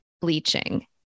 bleaching